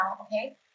okay